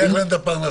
לוקח להם את הפרנסה,